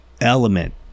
element